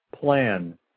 plan